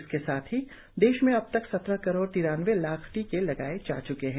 इसके साथ ही देश में अब तक सत्रह करोड़ तिरानबे लाख टीके लगाए जा चुके हैं